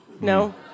No